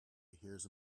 hears